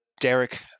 Derek